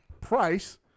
Price